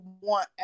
want